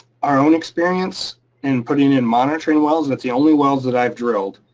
our own experience in putting in monitoring wells. that's the only wells that i've drilled,